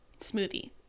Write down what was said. smoothie